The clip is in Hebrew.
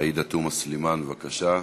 עאידה תומא סלימאן, בבקשה.